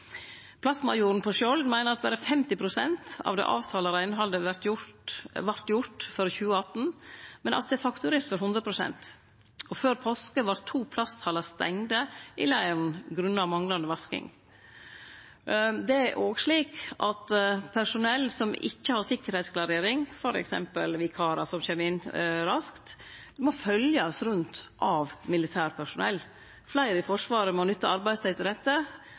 på Skjold meiner at berre 50 pst. av det avtalte reinhaldet vart gjort for 2018, men at det er fakturert for 100 pst., og før påske vart to plasthallar stengde i leiren grunna manglande vasking. Det er òg slik at personell som ikkje har sikkerheitsklarering, f.eks. vikarar som kjem inn raskt, må følgjast rundt av militært personell. Fleire i Forsvaret må nytte arbeidstid til dette,